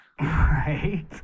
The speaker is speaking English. Right